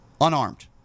unarmed